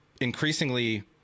Increasingly